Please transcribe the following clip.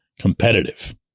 competitive